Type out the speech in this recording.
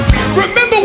remember